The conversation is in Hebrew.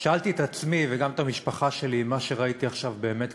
שאלתי את עצמי וגם את המשפחה שלי אם מה שראיתי עכשיו באמת קרה,